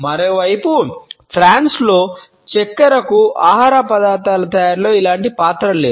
మరోవైపు ఫ్రాన్స్లో చక్కెరకు ఆహార పదార్థాల తయారీలో ఇలాంటి పాత్ర లేదు